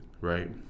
right